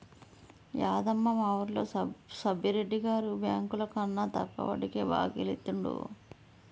యాదమ్మ, మా వూరిలో సబ్బిరెడ్డి గారు బెంకులకన్నా తక్కువ వడ్డీకే బాకీలు ఇత్తండు